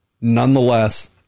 Nonetheless